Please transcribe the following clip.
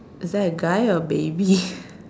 is that a guy or baby